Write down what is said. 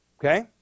Okay